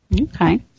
Okay